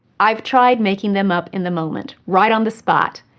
i've tried making them up in the moment, right on the spot,